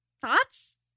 Thoughts